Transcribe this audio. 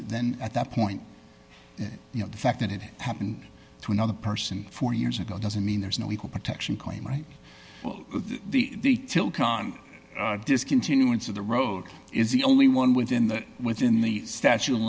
then at that point it you know the fact that it happened to another person four years ago doesn't mean there's no equal protection claim right well the filk on discontinuance of the road is the only one within the within the statute of